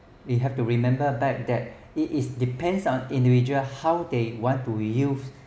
you have to remember back that it depends on individual how they want to use